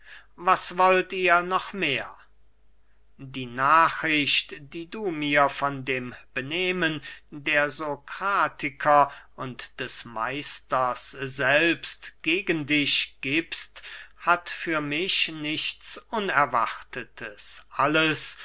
was wollt ihr noch mehr die nachricht die du mir von dem benehmen der sokratiker und des meisters selbst gegen dich giebst hat für mich nichts unerwartetes alles